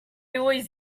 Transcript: always